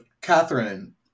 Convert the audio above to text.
Catherine